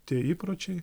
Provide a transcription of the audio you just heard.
tie įpročiai